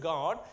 God